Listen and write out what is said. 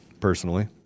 personally